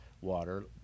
water